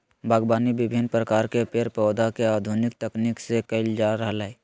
बागवानी विविन्न प्रकार के पेड़ पौधा के आधुनिक तकनीक से कैल जा रहलै